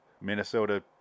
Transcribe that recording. Minnesota